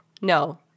No